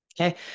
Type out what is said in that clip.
Okay